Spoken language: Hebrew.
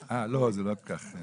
אה, לא, זה לא כל כך.